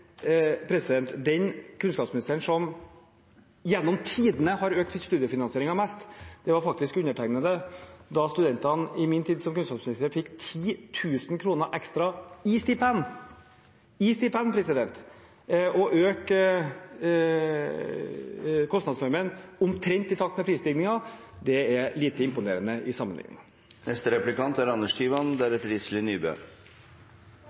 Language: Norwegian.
Den kunnskapsministeren som gjennom tidene har økt studiefinansieringen mest, var faktisk undertegnede, da studentene i min tid som kunnskapsminister fikk 10 000 kr ekstra i stipend. Å øke kostnadsnormen omtrent i takt med prisstigningen er lite imponerende i sammenligning.